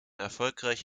erfolgreich